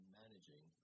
managing